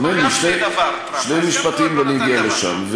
האמן לי, שני משפטים, ואני אגיע לשם.